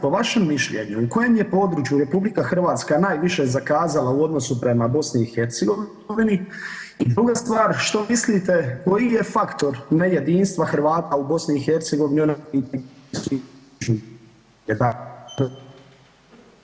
Po vašem mišljenju u kojem je području RH najviše zakazala u odnosu prema BiH i druga stvar što mislite koji je faktor nejedinstva Hrvata u BiH